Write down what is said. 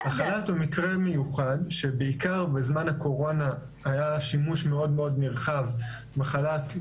החל"ת הוא מקרה מיוחד שבעיקר בזמן הקורונה היה שימוש מאוד נרחב בחל"ת,